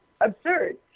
absurd